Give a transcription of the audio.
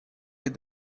with